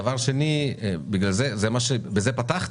דבר שני, בגלל זה בזה פתחתי,